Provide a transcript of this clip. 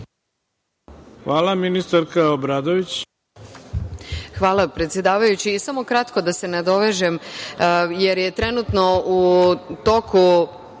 Hvala. Ministarka Obradović.